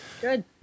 Good